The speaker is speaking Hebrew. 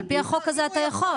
על פי החוק אתה יכול.